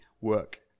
work